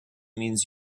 means